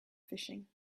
fishing